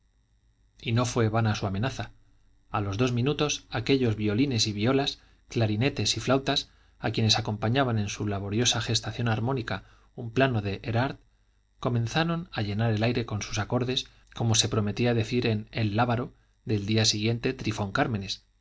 y no fue vana su amenaza a los dos minutos aquellos violines y violas clarinetes y flautas a quienes acompañaba en su laboriosa gestación armónica un plano de erard comenzaron a llenar el aire con sus acordes como se prometía decir en el lábaro del día siguiente trifón cármenes